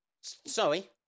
sorry